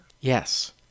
yes